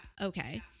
Okay